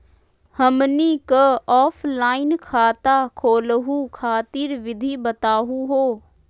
हमनी क ऑफलाइन खाता खोलहु खातिर विधि बताहु हो?